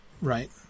right